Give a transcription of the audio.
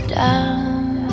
down